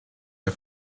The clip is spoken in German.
der